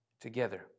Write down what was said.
together